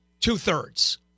two-thirds